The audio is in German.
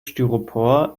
styropor